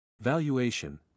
Valuation